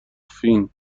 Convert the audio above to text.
فین